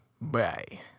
Bye